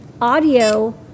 audio